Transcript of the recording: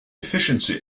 efficiency